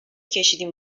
کشیدیم